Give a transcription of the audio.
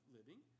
living